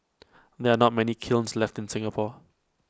there are not many kilns left in Singapore